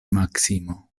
maksimo